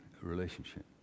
relationship